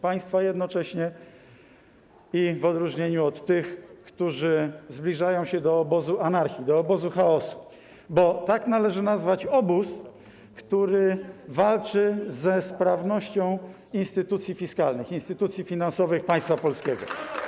państwa jednocześnie, w odróżnieniu od tych, którzy zbliżają się do obozu anarchii, do obozu chaosu, bo tak należy nazwać obóz, który walczy ze sprawnością instytucji fiskalnych, instytucji finansowych państwa polskiego.